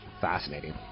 Fascinating